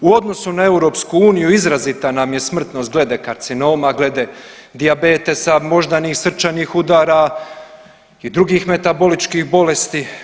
U odnosu na Europsku uniju izrazita nam je smrtnost glede karcinoma, glede dijabetesa, moždanih, srčanih udara i drugih metaboličkih bolesti.